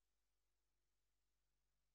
7 באפריל